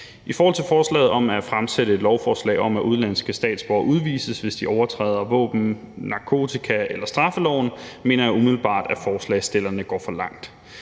forslag. Med forslaget om at fremsætte et lovforslag om, at udenlandske statsborgere skal udvises, hvis de overtræder våben-, narkotika- eller straffeloven, mener jeg umiddelbart at forslagsstillerne går for langt.